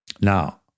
Now